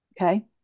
Okay